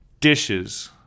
dishes